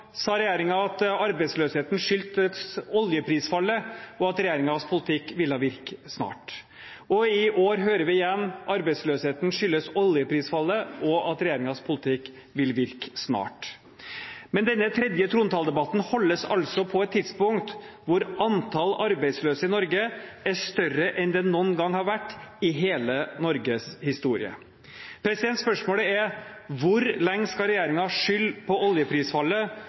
sa regjeringen at arbeidsløsheten skyldtes oljeprisfallet, og at regjeringens politikk ville virke snart. Og i år hører vi igjen at arbeidsløsheten skyldes oljeprisfallet, og at regjeringens politikk vil virke snart. Men denne tredje trontaledebatten holdes altså på et tidspunkt hvor antallet arbeidsløse i Norge er større enn det noen gang har vært i hele Norges historie. Spørsmålet er: Hvor lenge skal regjeringen skylde på oljeprisfallet,